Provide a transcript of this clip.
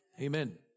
Amen